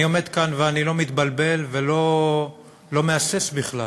אני עומד כאן, ואני לא מתבלבל ולא מהסס בכלל